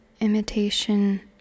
imitation